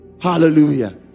Hallelujah